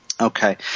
Okay